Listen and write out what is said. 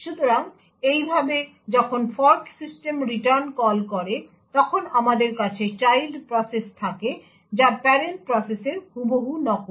সুতরাং এইভাবে যখন ফর্ক সিস্টেম রিটার্ন কল করে তখন আমাদের কাছে চাইল্ড প্রসেস থাকে যা প্যারেন্ট প্রসেসের হুবহু নকল